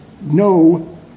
no